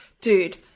Dude